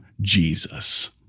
Jesus